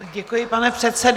Děkuji, pane předsedo.